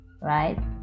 right